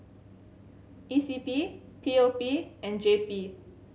E C P P O P and J P